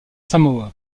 samoa